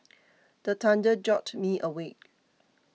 the thunder jolt me awake